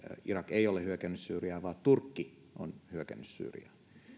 irak ei ole hyökännyt syyriaan vaan turkki on hyökännyt syyriaan